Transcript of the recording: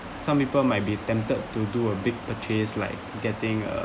some people might be tempted to do a big purchase like getting a